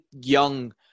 young